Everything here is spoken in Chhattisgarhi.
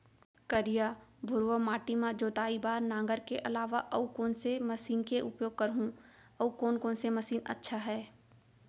करिया, भुरवा माटी म जोताई बार नांगर के अलावा अऊ कोन से मशीन के उपयोग करहुं अऊ कोन कोन से मशीन अच्छा है?